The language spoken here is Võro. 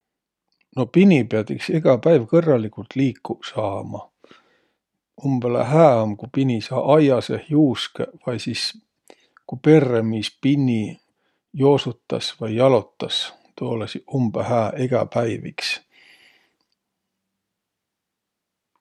No pini piät iks egä päiv kõrraligult liikuq saama. Umbõlõ hää um, ku pini saa aia seeh juuskõq vai sis ku perremiis pinni joosutas vai jalotas. Tuu olõsiq umbõ hää egä päiv iks.